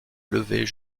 lever